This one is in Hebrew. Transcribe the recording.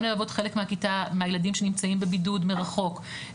גם ללוות חלק מהילדים שנמצאים בבידוד מרחוק,